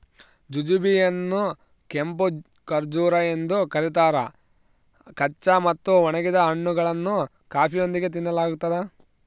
jujube ಯನ್ನುಕೆಂಪು ಖರ್ಜೂರ ಎಂದು ಕರೀತಾರ ಕಚ್ಚಾ ಮತ್ತು ಒಣಗಿದ ಹಣ್ಣುಗಳನ್ನು ಕಾಫಿಯೊಂದಿಗೆ ತಿನ್ನಲಾಗ್ತದ